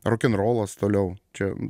rokenrolas toliau čia